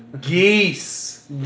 Geese